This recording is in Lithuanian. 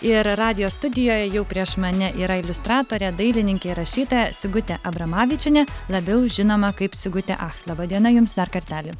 ir radijo studijoj jau prieš mane yra iliustratorė dailininkė ir rašytoja sigutė abramavičienė labiau žinoma kaip sigutė ach laba diena jums dar kartelį